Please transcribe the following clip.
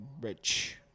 rich